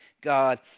God